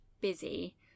busy